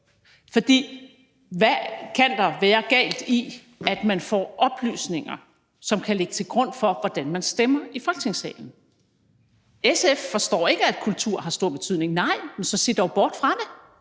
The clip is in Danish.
For hvad kan der være galt i, at man får oplysninger, som kan ligge til grund for, hvordan man stemmer i Folketingssalen? SF forstår ikke, at kultur har stor betydning. Nej, men så se dog bort fra det.